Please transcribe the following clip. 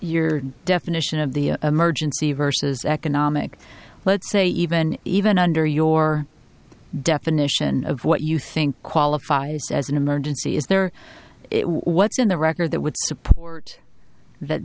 your definition of the emergency versus economic let's say even even under your definition of what you think qualifies as an emergency is there what's in the record that would support that